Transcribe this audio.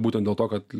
būtent dėl to kad